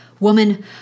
Woman